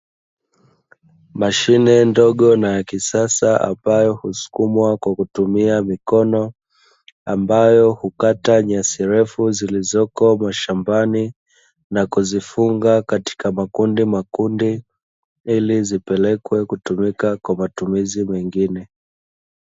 Mashine ndogo na ya kisasa ambayo husukumwa kwa kutumia mikono, ambayo hukata nyasi ndefu zilizoko mashambani na kuzifunga katika makundi makundi ili zipelekwe kutumika kwa matumizi mengine.